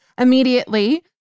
Immediately